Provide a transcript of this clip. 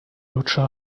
lutscher